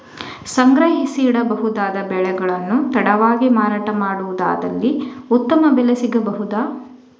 ಸಂಗ್ರಹಿಸಿಡಬಹುದಾದ ಬೆಳೆಗಳನ್ನು ತಡವಾಗಿ ಮಾರಾಟ ಮಾಡುವುದಾದಲ್ಲಿ ಉತ್ತಮ ಬೆಲೆ ಸಿಗಬಹುದಾ?